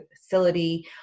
facility